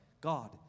God